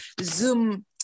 Zoom